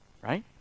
right